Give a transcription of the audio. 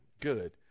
Good